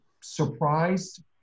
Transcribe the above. surprised